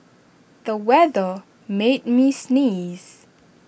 the weather made me sneeze